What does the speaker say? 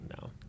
no